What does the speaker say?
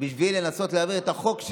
בשביל לנסות להעביר את החוק,